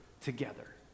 together